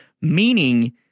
meaning